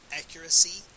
accuracy